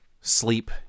sleep